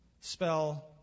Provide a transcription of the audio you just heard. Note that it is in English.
Spell